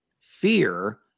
fear